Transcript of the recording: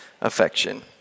affection